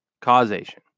Causation